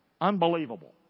Unbelievable